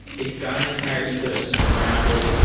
it's got an entire ecosystem around it,